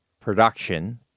production